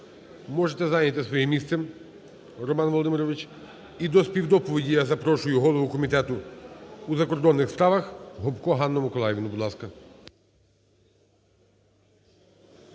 Можете зайняти своє місце, Роман Володимирович. І до співдоповіді я запрошую голову Комітету у закордонних справах Гопко Ганну Миколаївну. Будь ласка.